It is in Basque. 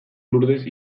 lurdes